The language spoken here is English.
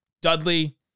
Dudley